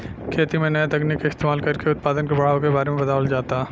खेती में नया तकनीक के इस्तमाल कर के उत्पदान के बढ़ावे के बारे में बतावल जाता